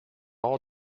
all